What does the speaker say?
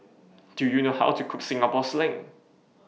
Do YOU know How to Cook Singapore Sling